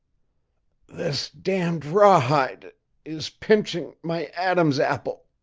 this damned rawhide is pinching my adam's apple